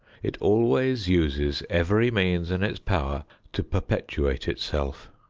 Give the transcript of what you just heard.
it always uses every means in its power to perpetuate itself.